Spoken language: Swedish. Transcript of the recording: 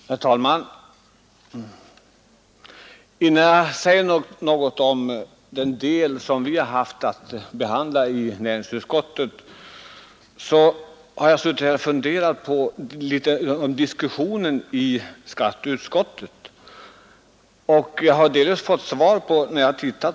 Herr talman! Innan jag säger något om den del av ärendet som vi haft att behandla i näringsutskottet vill jag nämna något om den diskussion som förevarit i skatteutskottet.